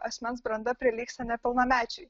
asmens branda prilygsta nepilnamečiui